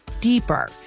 deeper